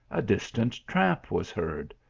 a distant tramp was heard.